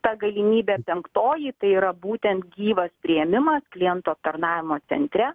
ta galimybė penktoji tai yra būtent gyvas priėmimas klientų aptarnavimo centre